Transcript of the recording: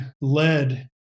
led